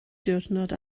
diwrnod